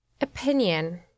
Opinion